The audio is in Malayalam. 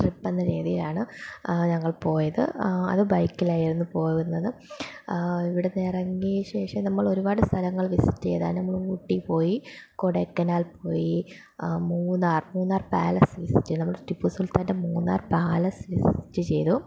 ട്രിപ്പ് എന്ന രീതിയിലാണ് ഞങ്ങൾ പോയത് അത് ബൈക്കിലായിരുന്നു പോകുന്നത് ഇവിടെനിന്ന് ഇറങ്ങിയ ശേഷം നമ്മൾ ഒരുപാട് സ്ഥലങ്ങൾ വിസിറ്റ് ചെയ്താണ് നമ്മൾ ഊട്ടി പോയി കൊടയ്ക്കനാൽ പോയി മൂന്നാർ മൂന്നാർ പാലസ് വിസിറ്റ് ചെയ്ത് നമ്മൾ ടിപ്പു സുൽത്തൻ്റെ മൂന്നാർ പാലസ് വിസിറ്റ് ചെയ്തു